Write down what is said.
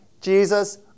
Jesus